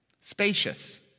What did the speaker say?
spacious